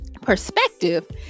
Perspective